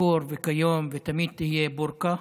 שבמקור וכיום ותמיד תהיה בורקה,